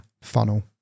funnel